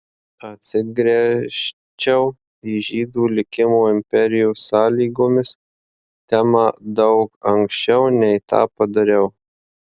atsigręžčiau į žydų likimo imperijos sąlygomis temą daug anksčiau nei tą padariau